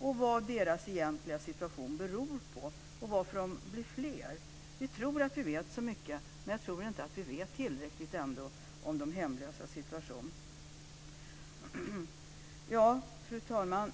Vad beror deras egentliga situation på, och varför blir de fler? Vi tror att vi vet så mycket, men vi vet nog ändå inte tillräckligt om de hemlösas situation. Fru talman!